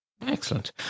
Excellent